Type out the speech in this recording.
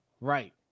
Right